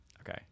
Okay